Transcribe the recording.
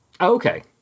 Okay